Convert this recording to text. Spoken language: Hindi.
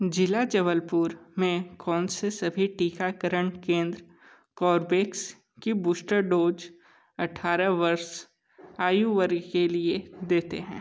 ज़िला जबलपुर में कौनसे सभी टीकाकरण केंद्र कोर्बेवैक्स की बूस्टर डोज़ अठारह वर्ष आयु वर्ग के लिए देते हैं